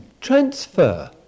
transfer